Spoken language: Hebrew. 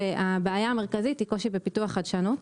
והבעיה המרכזית היא קושי בפיתוח חדשנות.